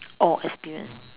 or experienced